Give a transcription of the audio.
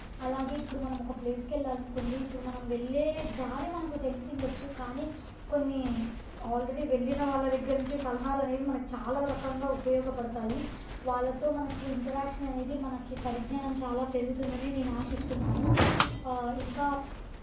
అలాగే ఇప్పుడు మనం ఒక ప్లేస్కి వెళ్ళాలనుకోండి ఇప్పుడు మనం వెళ్ళే దారి మనకు తెలిసిండచ్చు కానీ కొన్ని ఆల్రెడీ వెళ్ళిన వాళ్ళ దగ్గర నుంచి సలహాలు అనేవి మనకు చాలా రకంగా ఉపయోగపడతాయి వాళ్ళతో మనకు ఇంటరాక్షన్ అనేది మనకి పరిజ్ఞానం చాలా పెరుగుతుందని నేను ఆశిస్తున్నాను ఇంకా